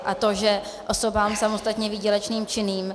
A to, že osobám samostatně výdělečně činným